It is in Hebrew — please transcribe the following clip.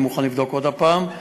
אני מוכן לבדוק עוד פעם.